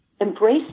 Embrace